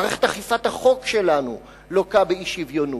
מערכת אכיפת החוק שלנו לוקה באי-שוויונות,